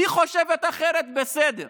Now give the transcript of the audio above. היא חושבת אחרת, בסדר.